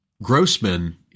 Grossman